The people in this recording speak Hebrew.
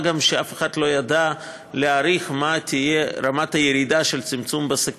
מה גם שאף אחד לא ידע להעריך את צמצום השימוש